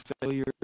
failure